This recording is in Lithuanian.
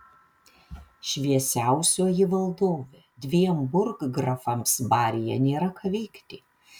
šviesiausioji valdove dviem burggrafams baryje nėra ką veikti